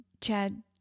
Chad